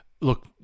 look